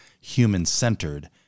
human-centered